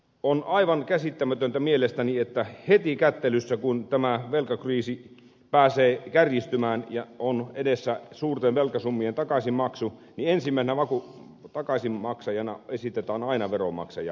on mielestäni aivan käsittämätöntä että heti kättelyssä kun tämä velkakriisi pääsee kärjistymään ja on edessä suurten velkasummien takaisinmaksu ensimmäisenä takaisinmaksajana esitetään aina veronmaksajaa